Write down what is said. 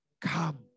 come